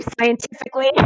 scientifically